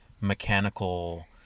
mechanical